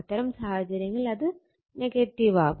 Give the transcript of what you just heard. അത്തരം സാഹചര്യത്തിൽ അത് ആവും